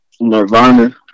Nirvana